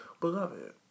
Beloved